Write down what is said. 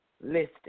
listed